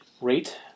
Rate